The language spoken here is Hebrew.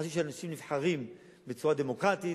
חסיד שאנשים נבחרים בצורה דמוקרטית.